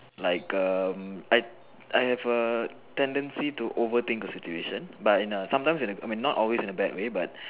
like um I I have a tendency to overthink a situation but in a sometimes in a not always in a bad way but